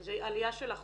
זה עלייה של אחוז.